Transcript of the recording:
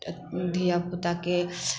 धिआपुताके